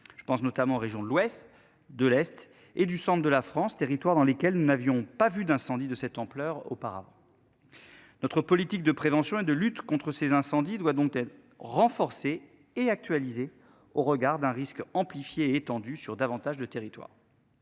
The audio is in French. Je pense notamment aux régions de l'Ouest de l'Est et du centre de la France territoires dans lesquels nous n'avions pas vu d'incendies de cette ampleur auparavant. Notre politique de prévention et de lutte contre ces incendies doit donc être renforcée et actualisée au regard d'un risque amplifié étendu sur davantage de territoire.